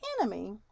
enemy